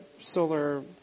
solar